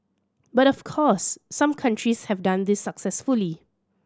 but of course some countries have done this successfully